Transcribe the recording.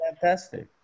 Fantastic